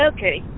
Okay